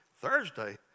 Thursday